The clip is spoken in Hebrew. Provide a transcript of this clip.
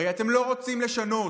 הרי אתם לא רוצים לשנות,